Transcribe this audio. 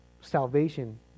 salvation